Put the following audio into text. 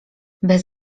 bez